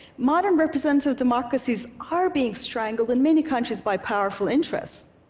modern representative democracies are being strangled in many countries by powerful interests.